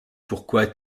pourquoi